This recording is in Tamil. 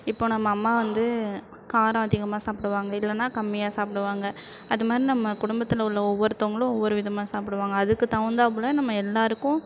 இப்போது நம்ம அம்மா வந்து காரம் அதிகமாக சாப்பிடுவாங்க இல்லைன்னா கம்மியாக சாப்பிடுவாங்க அது மாதிரி நம்ம குடும்பத்தில் உள்ள ஒவ்வொருத்தவங்களும் ஒவ்வொரு விதமாக சாப்பிடுவாங்க அதுக்கு தகுந்தாப்பில் நம்ம எல்லாேருக்கும்